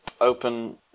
open